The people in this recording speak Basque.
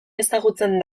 ezagutzen